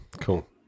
Cool